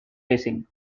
racing